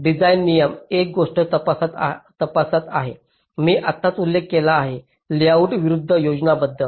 design नियम एक गोष्ट तपासत आहे मी आत्ताच उल्लेख केला आहे लेआउट विरूद्ध योजनाबद्ध